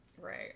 right